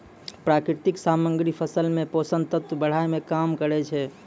प्राकृतिक सामग्री फसल मे पोषक तत्व बढ़ाय में काम करै छै